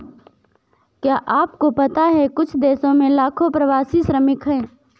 क्या आपको पता है कुछ देशों में लाखों प्रवासी श्रमिक हैं?